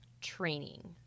training